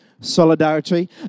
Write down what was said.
Solidarity